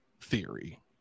theory